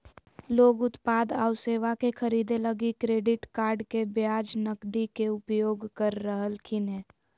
लोग उत्पाद आऊ सेवा के खरीदे लगी क्रेडिट कार्ड के बजाए नकदी के उपयोग कर रहलखिन हें